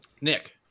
Nick